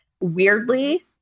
weirdly